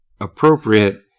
appropriate